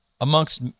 amongst